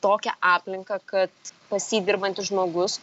tokią aplinką kad pas jį dirbantis žmogus